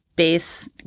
base